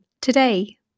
today